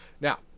Now